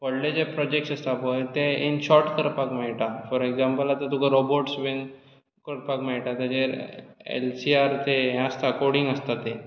व्हडले जे प्रोजेक्ट्स आसता पळय ते इन शोर्ट करपाक मेळटा फोर एक्झाम्पल आतां तुका रोबोट्स बीन करपाक मेळटा ताचेर एलसीआर तें कोडिंग आसता तें